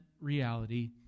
reality